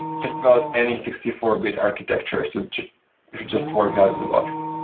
just about any sixty four bit architecture so should just work out of the box.